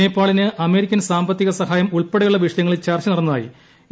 നേപ്പാളിന് American സാമ്പത്തിക സഹായം ഉൾപ്പെടെയുള്ള വിഷയങ്ങളിൽ ചർച്ച നടന്നതായി യു